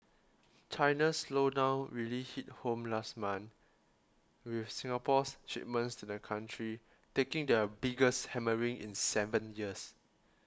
China's slowdown really hit home last month with Singapore's shipments to the country taking the biggest hammering in seven years